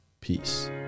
peace